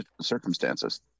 circumstances